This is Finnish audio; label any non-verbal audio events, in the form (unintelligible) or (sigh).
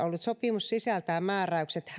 (unintelligible) ollut sopimus sisältää määräykset